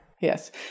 Yes